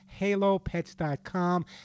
Halopets.com